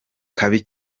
kabi